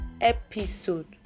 episode